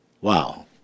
Wow